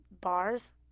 bars